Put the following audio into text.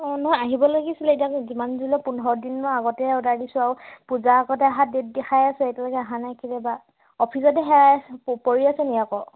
অঁ নহয় আহিব লাগিছিলে এতিয়া যিমান যি নহওক পোন্ধৰ দিনৰ আগতে অৰ্ডাৰ দিছোঁ আৰু পূজাৰ আগতে অহা ডেট দেখাই আছে এতিয়ালৈকে আহা নাই কেলে বা অফিচতে হেৰাই প পৰি আছে নেকি আকৌ